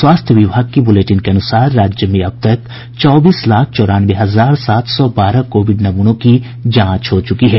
स्वास्थ्य विभाग की बुलेटिन के अनुसार राज्य में अब तक चौबीस लाख चौरानवे हजार सात सौ बारह कोविड नमूनों की जांच हो चुकी है